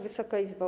Wysoka Izbo!